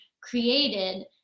created